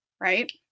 Right